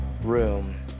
room